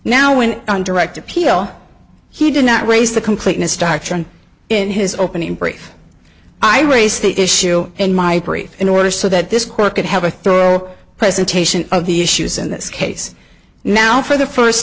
now when on direct appeal he did not raise the completeness starch and in his opening brief i raised the issue in my brief in order so that this court could have a thorough presentation of the issues in this case now for the first